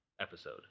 episode